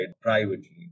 privately